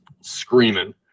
screaming